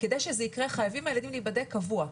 כדי שזה יקרה חייבים הילדים להיבדק קבוע,